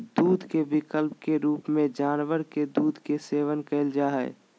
दूध के विकल्प के रूप में जानवर के दूध के सेवन कइल जा हइ